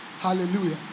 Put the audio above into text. Hallelujah